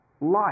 life